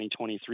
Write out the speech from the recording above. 2023